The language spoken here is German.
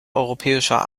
europäischer